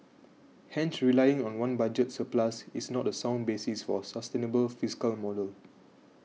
hence relying on one budget surplus is not a sound basis for a sustainable fiscal model